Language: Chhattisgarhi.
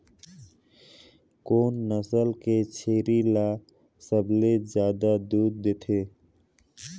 कोन नस्ल के छेरी ल सबले ज्यादा दूध देथे?